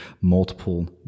multiple